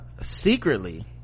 secretly